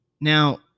Now